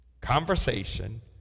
conversation